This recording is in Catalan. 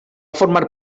formar